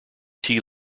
tea